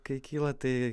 kai kyla tai